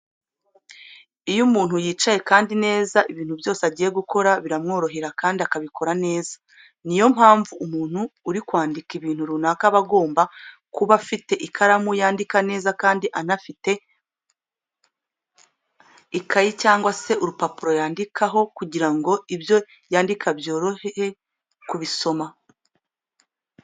Iyo umuntu yicaye kandi neza, ibintu byose agiye gukora biramworohera kandi abikora neza. Niyo mpamvu, umuntu uri kwandika ibintu runaka aba agomba kuba afite ikaramu yandika neza kandi anafite ikayi cyangwa se urupapuro yandikaho kugira ngo ibyo yandika byorohe kubisoma.